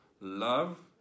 love